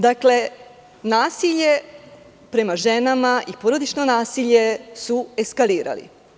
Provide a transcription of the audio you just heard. Dakle, nasilje prema ženama i porodično nasilje su eskalirali.